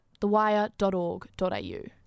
thewire.org.au